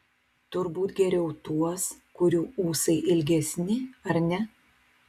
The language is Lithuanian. turbūt geriau tuos kurių ūsai ilgesni ar ne